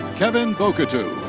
kevin bokoutou.